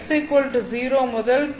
x 0 முதல் 2